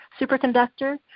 superconductor